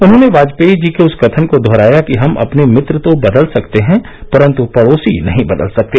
उन्होंने वाजपेयी जी के उस कथन को दोहराया कि हम अपने मित्र तो बदल सकते हैं परन्त पड़ोसी नहीं बदल सकते